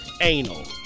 anal